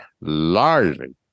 largely